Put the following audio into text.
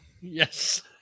Yes